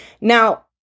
Now